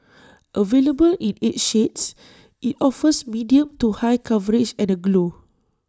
available in eight shades IT offers medium to high coverage and A glow